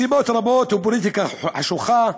מסיבות רבות ופוליטיקה חשוכה,